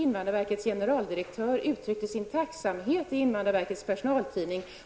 Invandrarverkets generaldirektör uttryckte sin tacksamhet i invandrarverkets personaltidning.